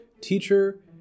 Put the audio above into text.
teacher